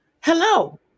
hello